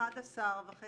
ב-11,500